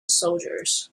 soldiers